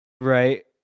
Right